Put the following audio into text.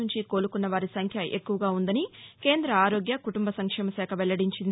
నుంచి కోలుకున్న వారి సంఖ్య ఎక్కువుగా ఉందని కేంద్ర ఆరోగ్య కుటుంబ సంక్షేమశాఖ వెల్లడించింది